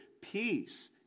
Peace